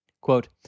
Quote